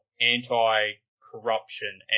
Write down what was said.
anti-corruption